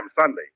Sunday